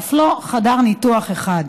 אף לא חדר ניתוח אחד.